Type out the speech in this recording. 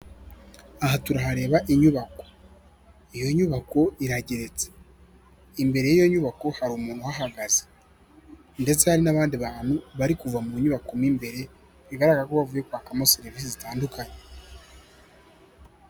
Aha turahareba inyubako, iyo nyubako irageretse, imbere y'iyo nyubako hari umuntu uhagaze ndetse n'abandi bantu bari kugva mu nyubako mo imbere bigaragara ko kwakamo serivisi zitandukanye.